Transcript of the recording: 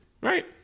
Right